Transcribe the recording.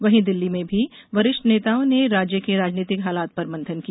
वहीं दिल्ली में भी वरिष्ठ नेताओं ने राज्य के राज्नीतिक हालात पर मंथन किया